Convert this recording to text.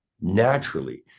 naturally